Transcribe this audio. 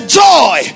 joy